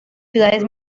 ciudades